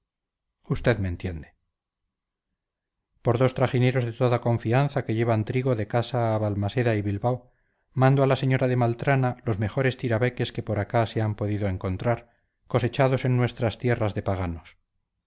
usted me entiende por dos trajineros de toda confianza que llevan trigo de casa a balmaseda y bilbao mando a la señora de maltrana los mejores tirabeques que por acá se han podido encontrar cosechados en nuestras tierras de paganos